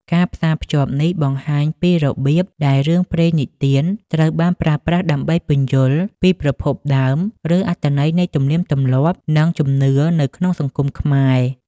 ការផ្សារភ្ជាប់នេះបង្ហាញពីរបៀបដែលរឿងព្រេងនិទានត្រូវបានប្រើប្រាស់ដើម្បីពន្យល់ពីប្រភពដើម ឬអត្ថន័យនៃទំនៀមទម្លាប់ និងជំនឿនៅក្នុងសង្គមខ្មែរ។